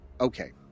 Okay